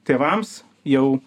tėvams jau